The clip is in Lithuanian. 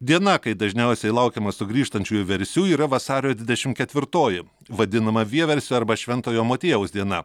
diena kai dažniausiai laukiama sugrįžtančiųjų vieversių yra vasario dvidešimt ketvirtoji vadinama vieversio arba švento motiejaus diena